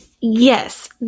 Yes